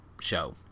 show